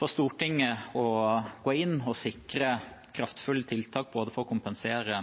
for Stortinget å gå inn og sikre kraftfulle tiltak både for å kompensere